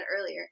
earlier